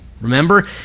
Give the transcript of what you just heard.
Remember